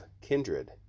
kindred